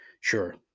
Sure